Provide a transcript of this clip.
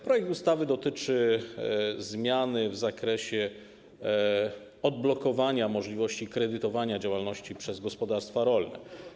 Projekt ustawy dotyczy zmiany w zakresie odblokowania możliwości kredytowania działalności przez gospodarstwa rolne.